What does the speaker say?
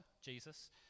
Jesus